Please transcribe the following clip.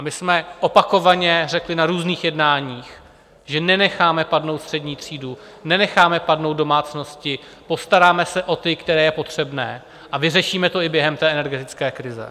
My jsme opakovaně řekli na různých jednáních, že nenecháme padnout střední třídu, nenecháme padnout domácnosti, postaráme se o potřebné a vyřešíme to i během energetické krize.